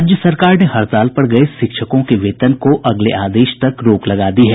राज्य सरकार ने हड़ताल पर गये शिक्षकों के वेतन को अगले आदेश तक रोक लगा दी है